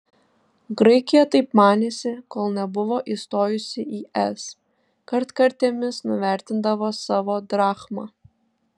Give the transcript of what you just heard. graikija taip manėsi kol nebuvo įstojusi į es kartkartėmis nuvertindavo savo drachmą